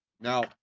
Now